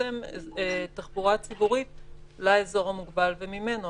לצמצם תחבורה ציבורית לאזור המוגבל וממנו,